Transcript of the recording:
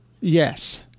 Yes